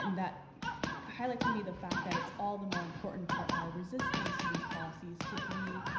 and that highlights for me the fact that it's all the more important for our resistance to these policies to be